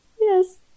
Yes